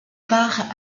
part